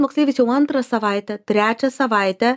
moksleivis jau antrą savaitę trečią savaitę